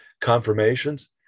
confirmations